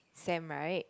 sem right